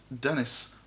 Dennis